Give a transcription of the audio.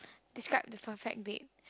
describe the perfect date